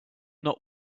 not